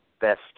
best